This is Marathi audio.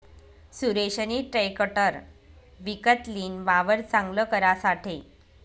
सुरेशनी ट्रेकटर विकत लीन, वावर चांगल करासाठे